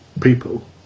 people